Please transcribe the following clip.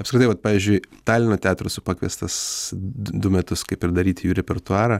apskritai vat pavyzdžiui talino teatro esu pakviestas du du metus kaip ir daryti jų repertuarą